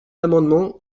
l’amendement